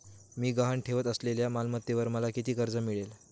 मी गहाण ठेवत असलेल्या मालमत्तेवर मला किती कर्ज मिळेल?